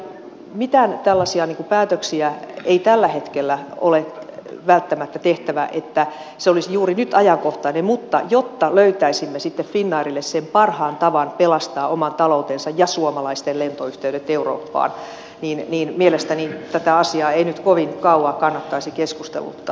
tosiaan mitään tällaisia päätöksiä ei tällä hetkellä ole välttämättä tehtävä että se olisi juuri nyt ajankohtainen mutta jotta löytäisimme sitten finnairille sen parhaan tavan pelastaa oman taloutensa ja suomalaisten lentoyhteydet eurooppaan niin mielestäni tätä asiaa ei nyt kovin kauan kannattaisi keskusteluttaa